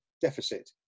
deficit